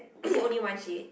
is it only one sheet